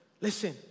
Listen